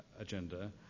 agenda